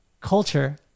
culture